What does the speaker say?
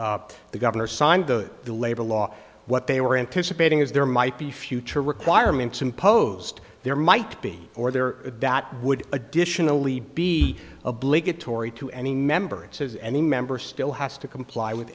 when the governor signed the the labor law what they were anticipating is there might be future requirements imposed there might be or there that would additionally be obligatory to any member it says any member still has to comply with